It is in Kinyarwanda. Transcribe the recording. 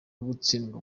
gutsindwa